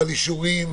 ועל אישורים,